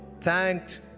thanked